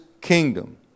kingdom